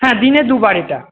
হ্যাঁ দিনে দু বার এটা